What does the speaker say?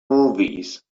movies